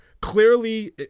clearly